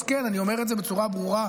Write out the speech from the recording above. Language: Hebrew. אז כן, אני אומר את זה בצורה ברורה: